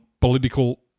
political